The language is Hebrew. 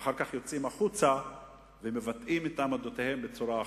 ואחר כך יוצאים החוצה ומבטאים את עמדותיהם בצורה אחרת.